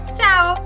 ciao